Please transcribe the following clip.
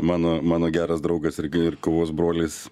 mano mano geras draugas ir kovos brolis